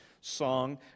song